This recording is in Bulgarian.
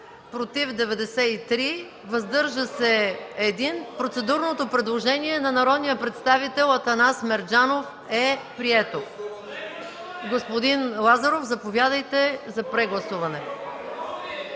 против 93, въздържал се 1. Процедурното предложение на народния представител Атанас Мерджанов е прието. Заповядайте за предложение за прегласуване,